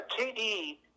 KD